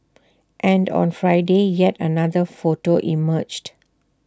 and on Friday yet another photo emerged